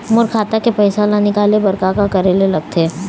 मोर खाता के पैसा ला निकाले बर का का करे ले लगथे?